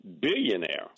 Billionaire